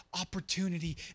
opportunity